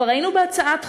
כבר היינו בהצעת חוק,